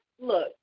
look